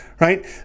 right